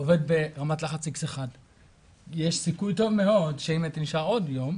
עובד ברמת לחץ X+1. יש סיכוי טוב מאוד שאם הייתי נשאר עוד יום,